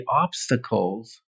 obstacles